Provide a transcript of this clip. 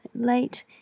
late